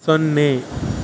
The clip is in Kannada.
ಸೊನ್ನೆ